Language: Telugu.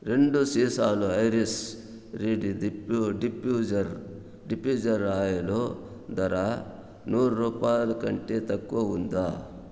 రెండు సీసాలు ఐరిస్ రీడ్ దిఫ్యూ డిఫ్యూజర్ డిఫ్యూజర్ ఆయిలు ధర నూరు రూపాయలకంటే తక్కువ ఉందా